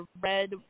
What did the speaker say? red